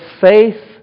faith